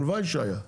הלוואי שהיה.